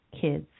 kids